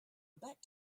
back